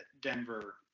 Denver –